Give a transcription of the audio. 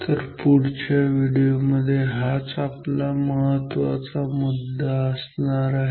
तर पुढच्या व्हिडिओमध्ये हाच आपला महत्त्वाचा मुद्दा असणार आहे